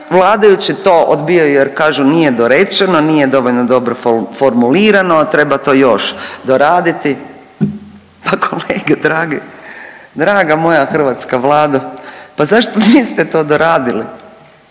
vladajući to odbijaju jer kažu nije dorečeno, nije dovoljno dobro formulirano, treba to još doraditi, pa kolege drage, draga moja hrvatska Vlado, pa zašto niste to doradili,